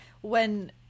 when-